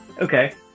Okay